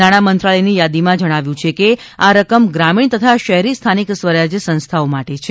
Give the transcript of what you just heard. નાણાં મંત્રાલયની યાદીમાં જણાવ્યું છે કે આ રકમ ગ્રામીણ તથા શહેરી સ્થાનિક સ્વરાજ સંસ્થાઓ માટે છે